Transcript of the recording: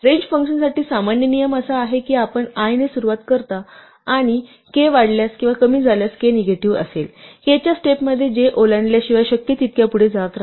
range फंक्शनसाठी सामान्य नियम असा आहे की आपण i ने सुरुवात करता आणि k वाढल्यास किंवा कमी केल्यास k निगेटिव्ह असेल k च्या स्टेपमध्ये j ओलांडल्याशिवाय शक्य तितक्या पुढे जात रहा